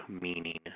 meaning